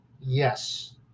Yes